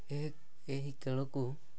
ଏ ଏହି ଖେଳକୁ